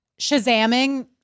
Shazamming